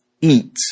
eat